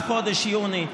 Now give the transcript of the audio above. כמה שווק עד חודש יוני,